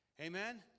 amen